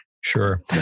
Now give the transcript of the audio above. Sure